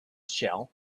shell